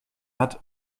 hat